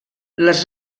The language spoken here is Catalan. les